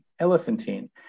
Elephantine